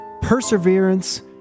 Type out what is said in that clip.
perseverance